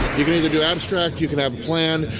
you can either do abstract, you can have a plan.